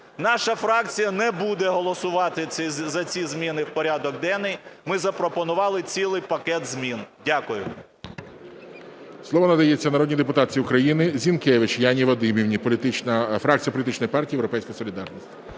Наша фракція не буде голосувати за ці зміни в порядок денний. Ми запропонували цілий пакет змін. Дякую.